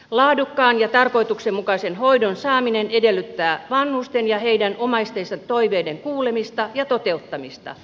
laadukkaan ja tarkoituksenmukaisen hoidon saaminen edellyttää vanhusten ja heidän omaistensa toiveiden kuulemista ja toteuttamista